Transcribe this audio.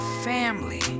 Family